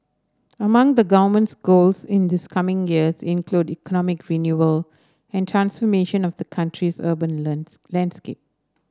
among the government's goals in this coming years include economic renewal and transformation of the country's urban learns landscape